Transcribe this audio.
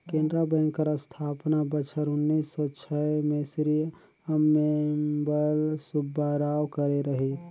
Canara bank कर अस्थापना बछर उन्नीस सव छय में श्री अम्मेम्बल सुब्बाराव करे रहिन